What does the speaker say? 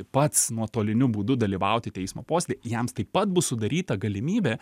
pats nuotoliniu būdu dalyvauti teismo posėdyje jiems taip pat bus sudaryta galimybė